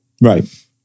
Right